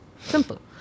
Simple